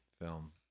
Film